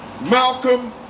Malcolm